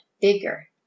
bigger